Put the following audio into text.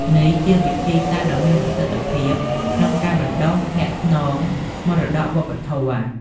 នេះជាវិធីសាស្ត្រដ៏មានប្រសិទ្ធភាពក្នុងការបណ្តុះអ្នកស្នងមរតកវប្បធម៌។